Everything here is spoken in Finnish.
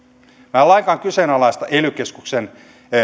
minä en lainkaan kyseenalaista ely keskuksen